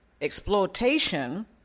exploitation